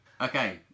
Okay